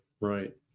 right